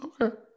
Okay